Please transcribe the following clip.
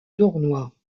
tournoi